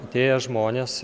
atėję žmonės